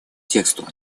тексту